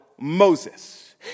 Moses